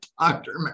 doctor